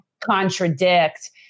contradict